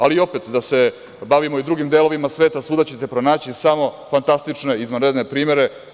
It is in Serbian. Ali, opet da se bavimo i sa drugim delovima sveta, svuda ćete pronaći samo fantastične, izvanredne primere.